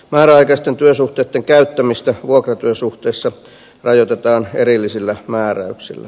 määräaikaisten työsuhteitten käyttämistä vuokratyösuhteessa rajoitetaan erillisillä määräyksillä